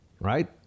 right